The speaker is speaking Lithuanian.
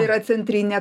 yra centrinė